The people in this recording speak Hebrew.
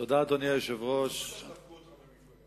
תודה, אדוני היושב-ראש, עוד פעם דפקו אותך במפלגה.